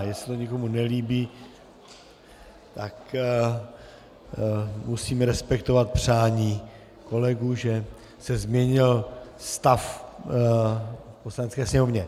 Jestli se to někomu nelíbí, tak musíme respektovat přání kolegů, že se změnil stav v Poslanecké sněmovně.